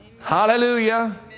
Hallelujah